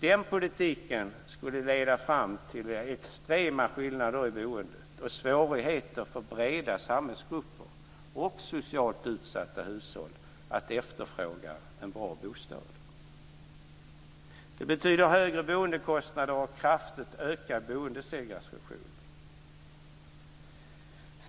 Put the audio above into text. Den politiken skulle leda fram till extrema skillnader i boendet och svårigheter för breda samhällsgrupper och socialt utsatta hushåll att efterfråga en bra bostad. Det betyder högre boendekostnader och kraftigt ökad boendesegregation.